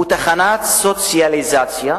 הוא תחנת סוציאליזציה,